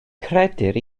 credir